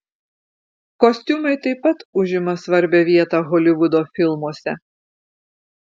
kostiumai taip pat užima svarbią vietą holivudo filmuose